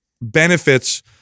benefits